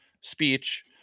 speech